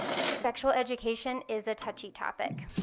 sexual education is a touchy topic.